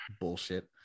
bullshit